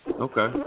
Okay